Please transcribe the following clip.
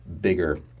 bigger